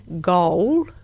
goal